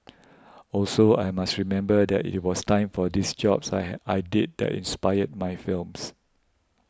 also I must remember that it was time for these jobs I had I did that inspired my films